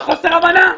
זה חוסר הבנה.